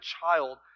child